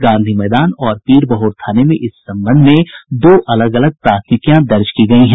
गांधी मैदान और पीरबहोर थाने में इस संबंध में दो अलग अलग प्राथमिकियां दर्ज की गयी हैं